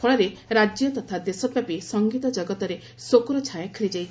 ଫଳରେ ରାକ୍ୟ ତଥା ଦେଶବ୍ୟାପୀ ସଂଗୀତ ଜଗତରେ ଶୋକର ଛାୟା ଖେଳିଯାଇଛି